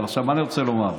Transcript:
אבל מה אני רוצה לומר?